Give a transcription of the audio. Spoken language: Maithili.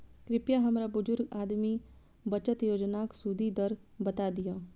कृपया हमरा बुजुर्ग आदमी बचत योजनाक सुदि दर बता दियऽ